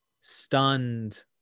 stunned